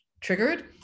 triggered